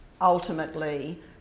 ultimately